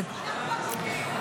אנחנו מקשיבים.